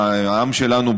העם שלנו,